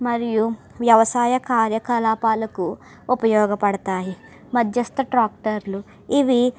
మరియు వ్యవసాయ కార్యకలాపాలకు ఉపయోగపడుతాయి మధ్యస్థ ట్రాక్టర్లు ఇవి